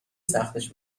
سختش